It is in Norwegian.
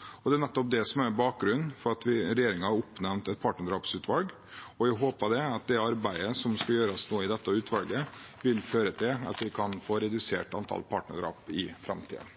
og at kjente risikofaktorer ikke tas tilstrekkelig på alvor. Det er nettopp det som er bakgrunnen for at regjeringen har oppnevnt et partnerdrapsutvalg. Jeg håper at det arbeidet som skal gjøres i dette utvalget, vil føre til at en kan få redusert antall partnerdrap i framtiden.